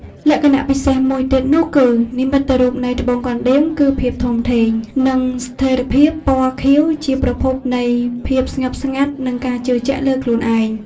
លក្ខណៈពិសេសមួយទៀតនោះគឺ និមិត្តរូបនៃត្បូងកណ្ដៀង គឺភាពធំធេង និងស្ថិរភាពពណ៌ខៀវជាប្រភពនៃភាពស្ងប់ស្ងាត់ និងការជឿជាក់លើខ្លួនឯង។